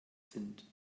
sind